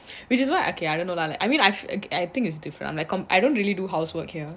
which is why okay I don't know lah like I mean I've a I think is different I'm like I don't really do housework here